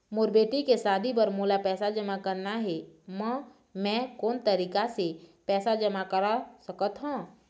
मोर बेटी के शादी बर मोला पैसा जमा करना हे, म मैं कोन तरीका से पैसा जमा कर सकत ह?